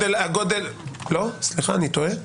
אני טועה?